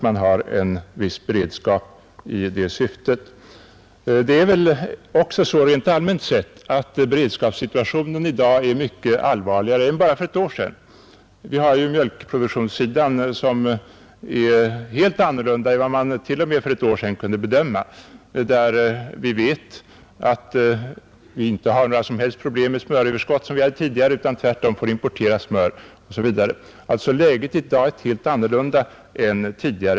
Rent allmänt sett är det väl också så att beredskapssituationen i dag är — Nr 36 mycket allvarligare än bara för ett år sedan. På mjölkproduktionssidan är situationen i dag en helt annan än vad man för bara ett år sedan kunde förutse. Vi har inte längre några som helst problem med smöröverskott. = såsom tidigare utan får tvärtom lov att importera smör. Läget är alltså i Ang. tillämpningen dag ett helt annat än tidigare.